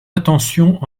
attention